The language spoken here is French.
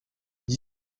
ils